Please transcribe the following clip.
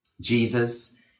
Jesus